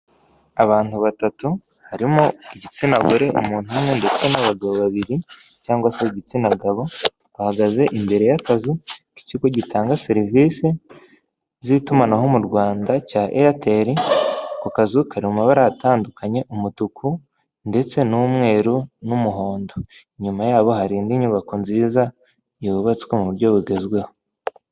Abantu batatu harimo igitsina gore umuntu umwe, ndetse n'abagabo babiri cyangwa se igitsina gabo, bahagaze imbere y'akazu k'ikigo gitanga serivisi z'itumanaho mu Rwanda cya eyateri ku kazu kari mu mabara atandukanye, umutuku ndetse n'umweru, n'umuhondo, inyuma yabo hari indi nyubako nziza yubatswe mu buryo bugezweho.